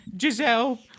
Giselle